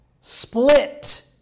split